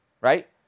right